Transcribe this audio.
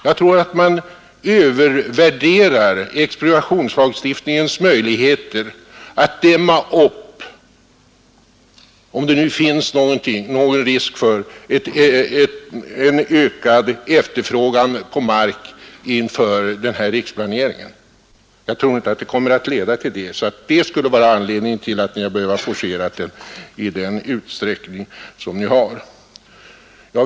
Jag tror att man övervärderar expropriationslagstiftningens möjligheter att dämma upp en ökad efterfrågan på mark inför den fysiska riksplaneringen. Jag tror inte att den risken föreligger, varför det heller inte finns någon anledning att forcera denna fråga i den utsträckning som ni har gjort.